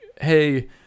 Hey